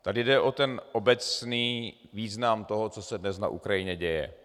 Tady jde o obecný význam toho, co se dnes na Ukrajině děje.